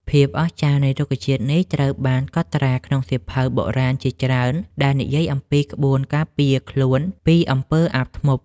ភាពអស្ចារ្យនៃរុក្ខជាតិនេះត្រូវបានកត់ត្រាក្នុងសៀវភៅបុរាណជាច្រើនដែលនិយាយអំពីក្បួនការពារខ្លួនពីអំពើអាបធ្មប់។